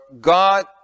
God